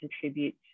contribute